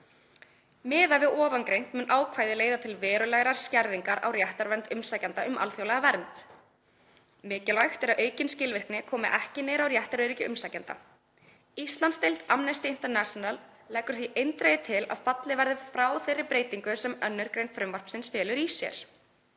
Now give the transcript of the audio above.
Miðað við ofangreint mun ákvæðið leiða til verulegrar skerðingar á réttarvernd umsækjenda um alþjóðlega vernd. Mikilvægt er að aukin skilvirkni komi ekki niður á réttaröryggi umsækjenda. Íslandsdeild Amnesty International leggur því eindregið til að fallið verði frá þeirri breytingu sem 2. gr. frumvarpsins felur í sér.“